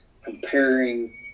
Comparing